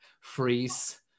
freeze